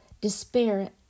despair